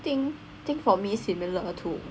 think think for me similar to